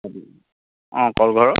অ' কলঘৰত